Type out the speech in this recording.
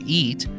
eat